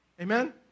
Amen